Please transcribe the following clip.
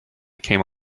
came